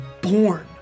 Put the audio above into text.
born